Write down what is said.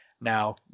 now